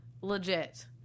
Legit